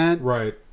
Right